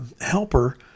helper